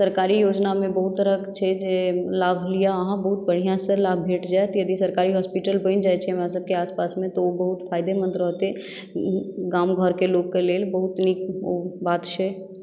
सरकारी योजनामे बहुत तरहक छै जे लाभ लिअ अहाँ बहुत बढ़िआँसँ लाभ भेट जायत यदि सरकारी हॉस्पिटल बनि जाइत छै हमरासभके आसपासमे तऽ ओ बहुत फायदेमन्द रहतै गाम घरक लोक लेल बहुत नीक ओ बात छै